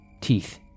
Teeth